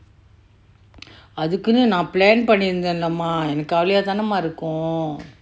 அதுக்குன்னு ந:atukkunnu na plan பன்னிரெந்தே லே:pannirente le mah என்னக்கு காவலிய தான்னே:ennakku kavaliya tanne mah இருக்கும்:irukkum